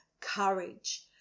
courage